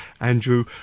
Andrew